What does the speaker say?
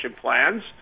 plans